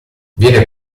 viene